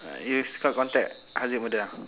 uh you still got contact haziq brother ah